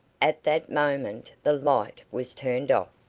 at that moment the light was turned off,